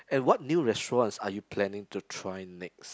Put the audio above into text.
at what new restaurants are you planning to try next